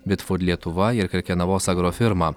bet lietuva ir krekenavos agrofirma